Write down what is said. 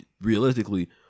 realistically